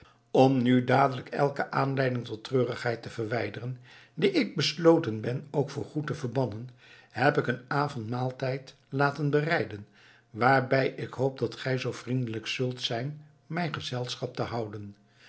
om nu dadelijk elke aanleiding tot treurigheid te verwijderen die ik besloten ben ook voorgoed te verbannen heb ik een avondmaaltijd laten bereiden waarbij ik hoop dat gij zoo vriendelijk zult zijn mij gezelschap te houden